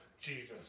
Jesus